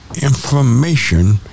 information